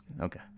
Okay